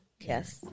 Yes